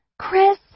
Chris